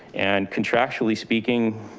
and contractually speaking,